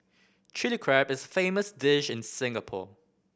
Chilli Crab is a famous dish in Singapore